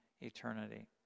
eternity